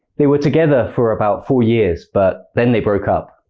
they were together for about four years, but then they broke up